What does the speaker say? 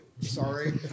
sorry